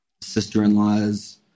sister-in-laws